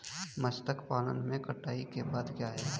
मत्स्य पालन में कटाई के बाद क्या है?